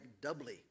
doubly